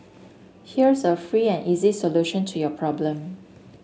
here's a free and easy solution to your problem